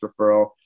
referral